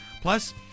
Plus